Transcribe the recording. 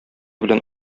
белән